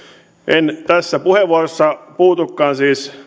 en siis tässä puheenvuorossa puutukaan